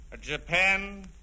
Japan